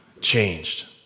changed